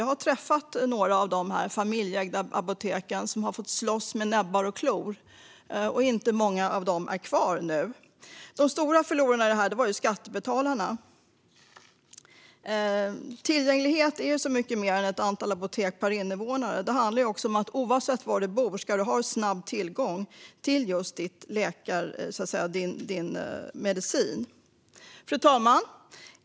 Jag har träffat företrädare för några av de familjeägda apoteken som har fått slåss med näbbar och klor. Det är inte många av dem som nu är kvar. De stora förlorarna var skattebetalarna. Tillgänglighet är mycket mer än ett antal apotek per invånare. Det handlar också om att du ska ha snabb tillgång till din medicin oavsett var du bor. Fru talman!